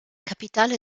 capitale